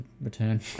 return